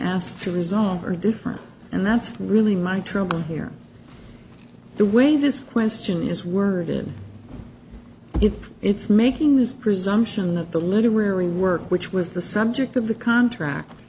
asked to resolve are different and that's really my trouble here the way this question is worded if it's making as presumption that the literary work which was the subject of the contract